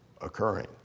occurring